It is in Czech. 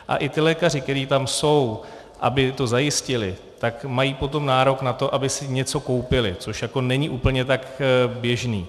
A i ti lékaři, kteří tam jsou, aby to zajistili, tak mají potom nárok na to, aby si něco koupili, což jako není úplně tak běžné.